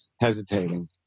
hesitating